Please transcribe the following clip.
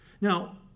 Now